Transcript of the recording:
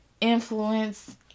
Influence